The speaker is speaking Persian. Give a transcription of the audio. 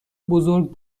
بزرگ